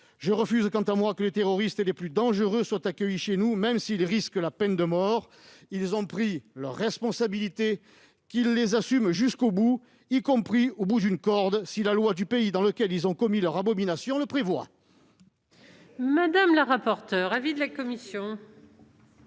Je refuse, quant à moi, que les terroristes les plus dangereux soient accueillis chez nous, même s'ils risquent la peine de mort. Ils ont pris leurs responsabilités, qu'ils les assument jusqu'au bout, y compris au bout d'une corde si la loi du pays dans lequel ils ont commis leur abomination le prévoit ! Quel est l'avis de la commission ?